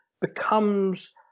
becomes